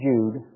Jude